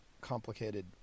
complicated